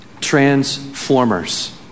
Transformers